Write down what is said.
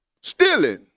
stealing